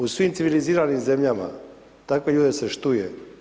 U svim civiliziranim zemljama takve ljude se štuje.